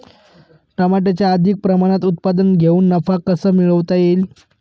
टमाट्याचे अधिक प्रमाणात उत्पादन घेऊन नफा कसा मिळवता येईल?